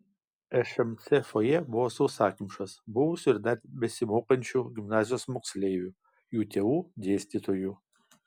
šmc fojė buvo sausakimšas buvusių ir dar besimokančių gimnazijos moksleivių jų tėvų dėstytojų